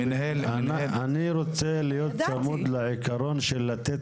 אני רוצה להיות צמוד לעיקרון של לתת